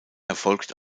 erfolgt